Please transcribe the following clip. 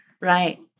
Right